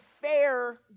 fair